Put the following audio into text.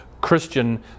Christian